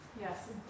Yes